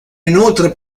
inoltre